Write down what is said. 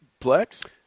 Plex